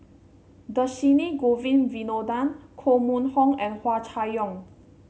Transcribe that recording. Dhershini Govin Winodan Koh Mun Hong and Hua Chai Yong